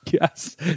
Yes